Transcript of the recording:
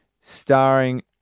Starring